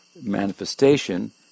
manifestation